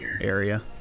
area